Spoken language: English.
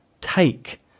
take